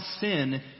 sin